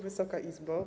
Wysoka Izbo!